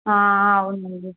అవునండి